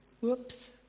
Whoops